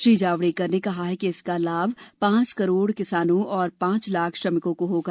श्री जावडेकर ने कहा कि इसका लाभ पांच करोड़ किसानों और पांच लाख श्रमिकों को होगा